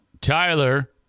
Tyler